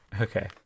Okay